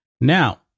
Now